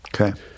Okay